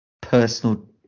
personal